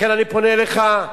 לכן אני פונה אליך,